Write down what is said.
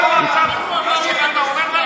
אתה לא שומע מה הוא אומר לנו?